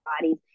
bodies